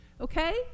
Okay